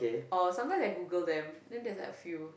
or sometimes I Google them then there's like a few